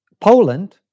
Poland